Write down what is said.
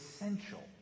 essential